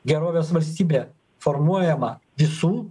gerovės valstybė formuojama visų